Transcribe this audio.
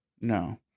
No